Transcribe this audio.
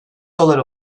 dolar